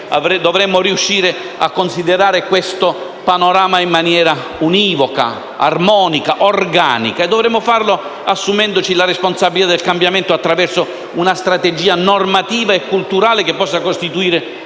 Dovremmo riuscire a considerare questo panorama in maniera univoca, organica ed armonica. Dovremmo farlo assumendoci la responsabilità del cambiamento attraverso una strategia normativa e culturale che possa costituire una svolta